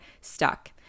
stuck